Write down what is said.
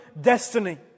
destiny